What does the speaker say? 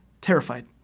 terrified